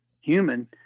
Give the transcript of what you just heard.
human